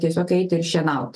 tiesiog eiti į šienaut